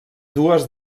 dues